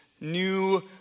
New